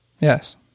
Yes